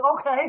Okay